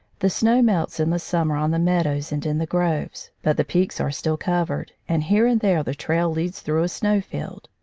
the snow melts in the summer on the meadows and in the groves. but the peaks are still covered, and here and there the trail leads through a snow-field.